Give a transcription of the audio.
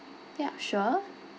ya sure